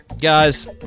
Guys